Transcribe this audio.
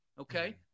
okay